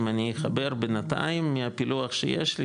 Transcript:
אם אני אחבר בינתיים מהפילוח שיש לי,